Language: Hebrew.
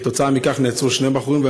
כתוצאה מכך נעצרו שני בחורים,